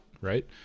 right